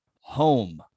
home